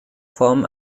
form